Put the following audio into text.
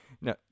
No